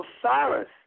Osiris